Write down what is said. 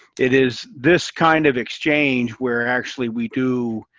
it is this kind of exchange where actually we do,